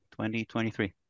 2023